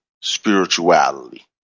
spirituality